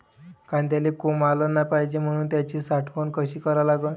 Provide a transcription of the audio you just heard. कांद्याले कोंब आलं नाई पायजे म्हनून त्याची साठवन कशी करा लागन?